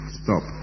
stop